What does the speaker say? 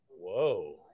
whoa